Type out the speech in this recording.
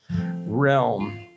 realm